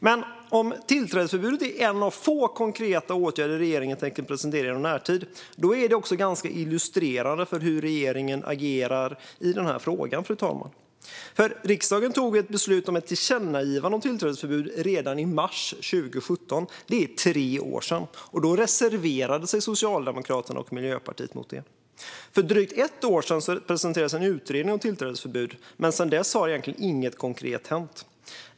Men om tillträdesförbudet är en av få konkreta åtgärder som regeringen tänker presentera inom närtid är det ganska illustrerande för hur regeringen agerar i denna fråga, fru talman. Riksdagen tog ett beslut om ett tillkännagivande om tillträdesförbud redan i mars 2017 - det är tre år sedan. Då reserverade sig Socialdemokraterna och Miljöpartiet mot det. För drygt ett år sedan presenterades en utredning om tillträdesförbud, men sedan dess har egentligen inget konkret hänt.